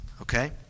okay